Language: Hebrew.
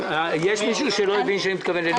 יש מישהו שלא הבין שאני מתכוון לליברמן?